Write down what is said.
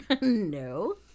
No